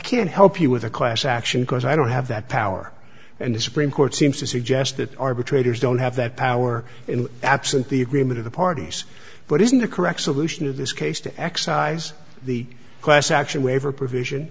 can't help you with a class action because i don't have that power and the supreme court seems to suggest that arbitrators don't have that power in absent the agreement of the parties but isn't the correct solution of this case to excise the class action waiver provision